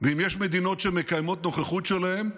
ואם יש מדינות שמקיימות נוכחות שלהם,